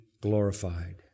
glorified